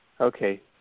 Okay